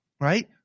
right